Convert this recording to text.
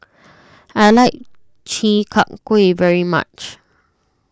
I like Chi Kak Kuih very much